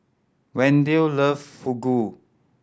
Wendel love Fugu